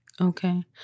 Okay